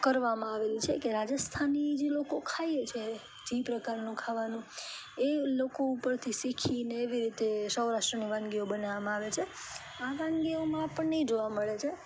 કરવામાં આવેલ છે કે રાજસ્થાની જે લોકો ખાય છે જે પ્રકારનું ખાવાનું એ લોકો ઉપરથી શીખીને એવી રીતે સૌરાષ્ટ્રની વાનગીઓ બનાવવામાં આવે છે આ વાનગીઓમાં આપણને એ જોવા મળે છે